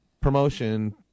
promotion